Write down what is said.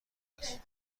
است